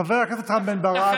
חבר הכנסת רם בן ברק.